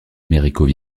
américano